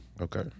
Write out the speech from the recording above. Okay